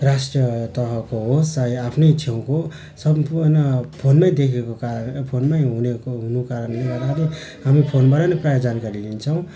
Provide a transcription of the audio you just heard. राष्ट्रिय तहको होस् चाहे त्यो आफ्नै छेउको सम्पूर्ण फोनमै देखेको कारणले गर्दा फोनमै हुने हुनुको कारणले हामी फोनबाटै प्रायः जानकारी लिन्छौँ